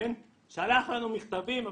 שלח לנו מכתבים,